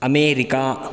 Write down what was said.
America